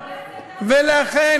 ולא,